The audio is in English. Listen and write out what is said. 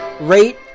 rate